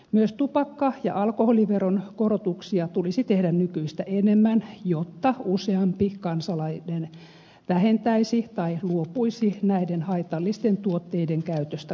myös tupakka ja alkoholiveron korotuksia tulisi tehdä nykyistä enemmän jotta useampi kansalainen vähentäisi tai luopuisi näiden haitallisten tuotteiden käytöstä kokonaan